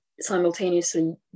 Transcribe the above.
simultaneously